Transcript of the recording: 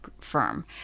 firm